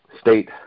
state